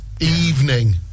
Evening